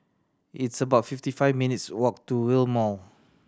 it's about fifty five minutes' walk to Rail Mall